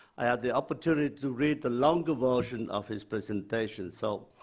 i had the opportunity to read the longer version of his presentation. so